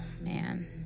man